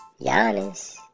Giannis